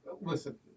Listen